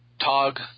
Tog